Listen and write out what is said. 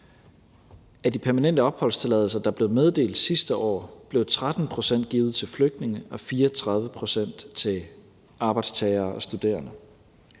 Af de permanente opholdstilladelser, der blev meddelt sidste år, blev 13 pct. givet til flygtninge og 34 pct. til arbejdstagere og studerende.